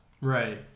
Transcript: Right